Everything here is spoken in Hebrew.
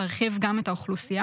השרה להגנת הסביבה עידית סילמן ביקשה,